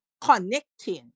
connecting